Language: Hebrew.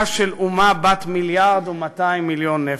של אומה בת מיליארד ו-200 מיליון נפש.